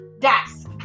desk